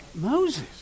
Moses